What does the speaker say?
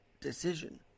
decision